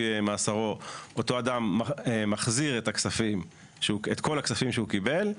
מאסרו אותו אדם מחזיר את כל הכספים שהוא קיבל,